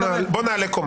בוא נעלה קומה.